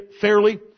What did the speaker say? fairly